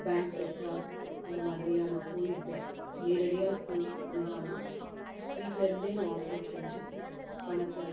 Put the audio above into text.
bank sector அந்த மாதிரியான போயித நேரடியாக போய் அணுகமா வீட்டில் இருந்தே நான் ஆப்ரேட் செஞ்சு பணத்தை